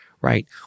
right